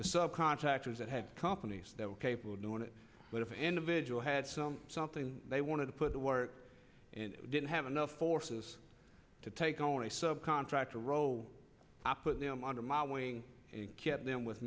the sub contractors that had companies that were capable of doing it but if individual had some something they wanted to put the work in didn't have enough forces to take on a sub contractor rowe put them under my wing and kept them with